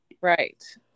Right